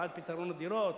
בעד פתרון לדירות,